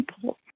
people